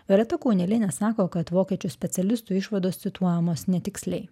violeta kaunelienė sako kad vokiečių specialistų išvados cituojamos netiksliai